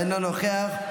אינו נוכח,